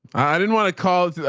i didn't want to call it.